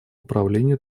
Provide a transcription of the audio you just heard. управлению